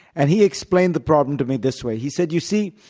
and he explained the problem to me this way. he said, you see,